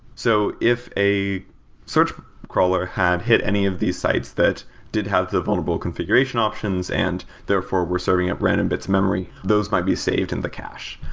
so if a search crawler have hit any of these sites that did have the vulnerable configuration options and therefore were serving at random bits of memory, those might be saved in the cache.